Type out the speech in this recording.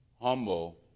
humble